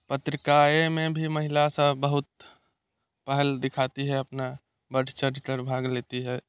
पत्रिकाएँ में भी महिला सब बहुत पहल दिखाती है अपना बढ़ चढ़कर भाग लेती है